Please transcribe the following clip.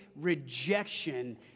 rejection